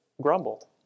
grumbled